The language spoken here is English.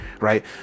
right